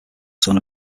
son